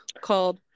called